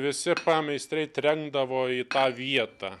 visi pameistriai trenkdavo į tą vietą